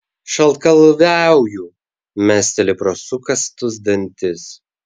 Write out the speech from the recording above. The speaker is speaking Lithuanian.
šaltkalviauju mesteli pro sukąstus dantis